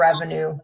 revenue